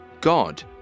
God